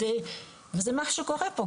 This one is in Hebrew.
זה מה שקורה פה,